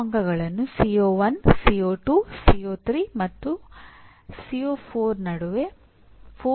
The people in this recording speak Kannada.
ಮತ್ತು ವಿದ್ಯಾರ್ಥಿಯು ತಮ್ಮ ಕಲಿಕೆಯನ್ನು ಯೋಜಿಸಲು ಸಾಧ್ಯವಾಗುವಂತೆ ಅವುಗಳನ್ನು ಬರೆಯಬೇಕು